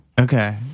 Okay